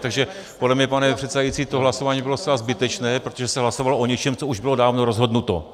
Takže podle mě, pane předsedající, to hlasování by bylo zcela zbytečné, protože se hlasovalo o něčem, co už bylo dávno rozhodnuto.